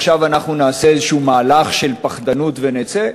עכשיו אנחנו נעשה איזה מהלך של פחדנות ונצא?